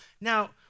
Now